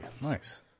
Nice